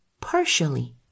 Partially